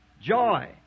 Joy